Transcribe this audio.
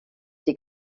die